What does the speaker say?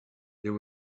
there